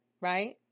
Right